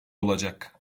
olacak